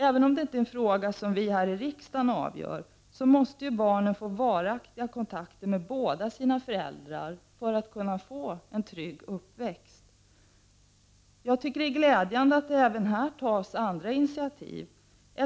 Även om detta inte är en fråga som vi här i riksdagen har att avgöra, måste barnen för att kunna få en trygg uppväxt ha en varaktig kontakt med båda sina föräldrar. Jag tycker att det är glädjande att det tas andra initiativ även på det här området.